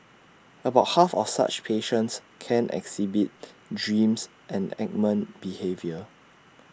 about half of such patients can exhibit dreams enactment behaviour